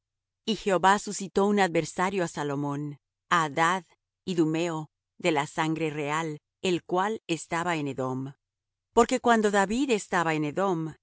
y jehová suscitó un adversario á salomón á adad idumeo de la sangre real el cual estaba en edom porque cuando david estaba en edom